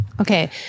Okay